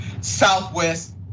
Southwest